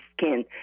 skin